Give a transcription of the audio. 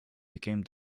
became